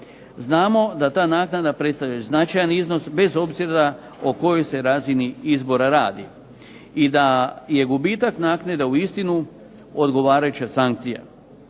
Znamo da ta naknada predstavlja značajan iznos bez obzira o kojoj se razini izbora radi i da je gubitak naknade uistinu odgovarajuća sankcija.